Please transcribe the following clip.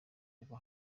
kugwa